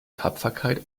tapferkeit